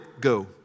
go